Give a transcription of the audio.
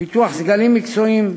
פיתוח סגלים מקצועיים,